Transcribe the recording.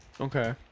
Okay